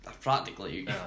practically